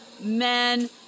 men